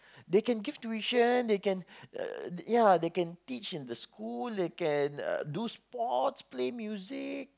they can give tuition they can uh ya they can teach in the school they can uh do sports play music